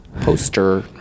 Poster